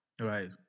Right